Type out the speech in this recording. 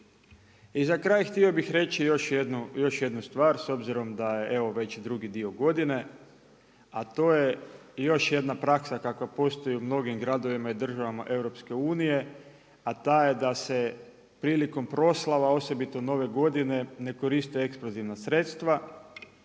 I za kraj, htio bih reći još jednu stvar s obzirom da je evo već drugi dio godine a to je još jedna praksa kakva postoji u mnogim gradovima i državama EU a ta je da se prilikom proslava, osobito nove godine ne koriste eksplozivna sredstva,